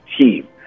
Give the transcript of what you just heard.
team